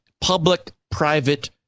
public-private